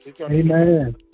Amen